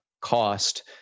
cost